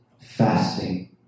fasting